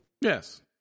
Yes